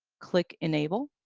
click enable.